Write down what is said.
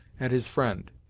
at his friend.